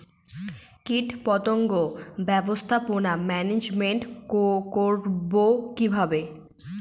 কীটপতঙ্গ ব্যবস্থাপনা ম্যানেজমেন্ট করব কিভাবে?